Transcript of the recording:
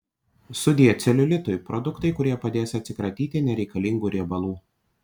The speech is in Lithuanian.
sudie celiulitui produktai kurie padės atsikratyti nereikalingų riebalų